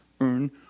earn